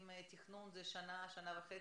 עם תכנון זה שנה-שנה וחצי.